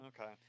Okay